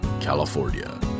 California